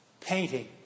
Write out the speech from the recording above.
painting